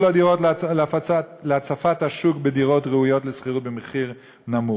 הדירות להצפת השוק בדירות ראויות לשכירות במחיר נמוך.